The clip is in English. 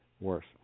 worse